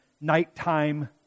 nighttime